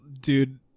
dude